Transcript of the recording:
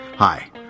Hi